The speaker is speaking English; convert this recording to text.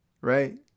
right